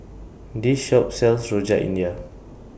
This Shop sells Rojak India